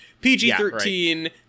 PG-13